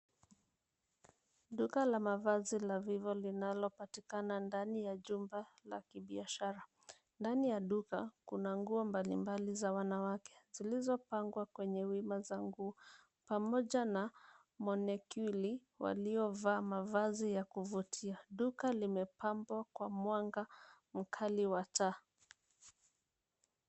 Duka la mavazi la Vivo linalopatikana ndani ya jumba la kibiashara. Ndani ya duka, kuna nguo mbalimbali za wanawake zilizopangwa kwenye wima za nguo pamoja na manekwini waliovaa mavazi ya kuvutia. Duka limepambwa kwa mwanga mkali wa taa.